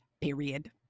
period